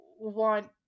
want